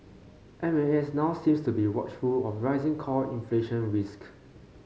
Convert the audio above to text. M A S now seems to be watchful of rising core inflation risks